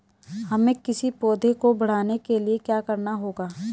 हमें किसी पौधे को बढ़ाने के लिये क्या करना होगा?